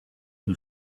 who